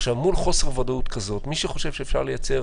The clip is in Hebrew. מול חוסר ודאות כזה, מי שחושב שצריך לייצר